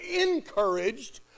encouraged